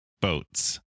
boats